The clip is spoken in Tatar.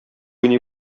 уйный